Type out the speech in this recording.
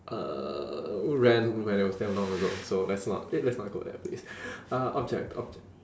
uh ran when it was damn long ago so let's not let's not go there please uh object object